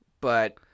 But-